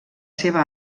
seva